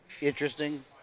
interesting